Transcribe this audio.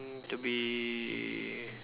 to be